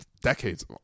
decades